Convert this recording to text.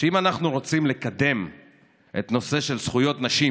שאם אנחנו רוצים לקדם את הנושא של זכויות נשים